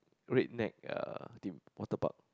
red neck uh waterpark